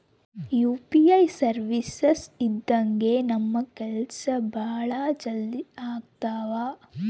UPI services ಇಂದಾಗಿ ನಮ್ ಕೆಲ್ಸ ಭಾಳ ಜಲ್ದಿ ಅಗ್ತವ